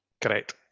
Correct